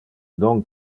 non